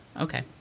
okay